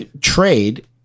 trade